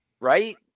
Right